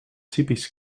typisch